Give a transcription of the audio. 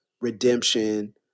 redemption